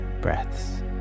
breaths